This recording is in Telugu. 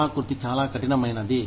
స్థలాకృతి చాలా కఠినమైనది